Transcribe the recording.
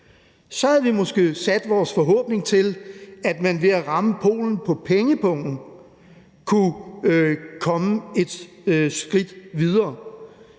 Så havde vi måske sat vores forhåbning til, at man ved at ramme Polen på pengepungen kunne komme et skridt videre.